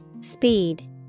Speed